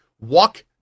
walk